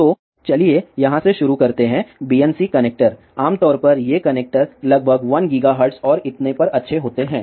तो चलिए यहाँ से शुरू करते हैं BNC कनेक्टर आम तौर पर ये कनेक्टर लगभग 1 गीगाहर्ट्ज़ और इतने पर अच्छे होते हैं